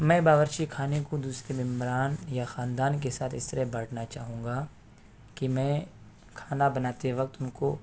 میں باورچی خانے کو دوسرے ممبران یا خاندان کے ساتھ اس طرح بانٹنا چاہوں گا کہ میں کھانا بناتے وقت ان کو